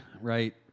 right